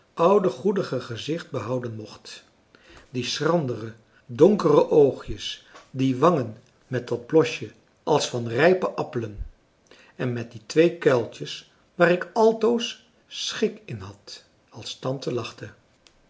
oude goedige gezicht behouden mocht die schrandere donkere oogjes die wangen met dat blosje als van rijpe appelen en met die twee kuiltjes waar ik altoos schik in had als tante lachte